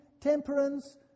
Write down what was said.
Temperance